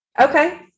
Okay